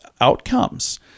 outcomes